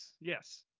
yes